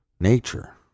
nature